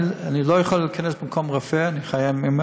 אני לא יכול להיכנס במקום רופא, אני אומר